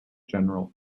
general